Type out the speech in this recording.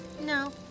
No